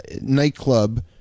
nightclub